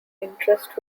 interest